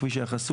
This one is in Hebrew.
הכביש היה חסום,